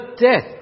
death